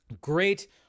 great